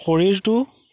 শৰীৰটো